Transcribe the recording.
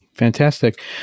Fantastic